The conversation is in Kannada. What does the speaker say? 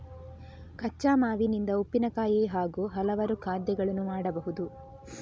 ಕಚ್ಚಾ ಮಾವಿನಿಂದ ಉಪ್ಪಿನಕಾಯಿ ಹಾಗೂ ಹಲವಾರು ಖಾದ್ಯಗಳನ್ನು ಮಾಡಬಹುದು